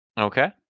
Okay